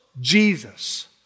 Jesus